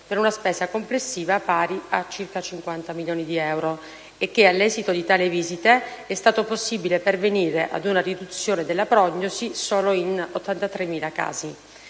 per una spesa complessiva pari a circa 50 milioni di euro, e che all'esito di tali visite è stato possibile pervenire ad una riduzione della prognosi solo in 83.000 casi.